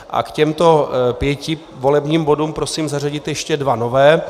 A k těmto pěti volebním bodům prosím zařadit ještě dva nové.